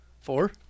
Four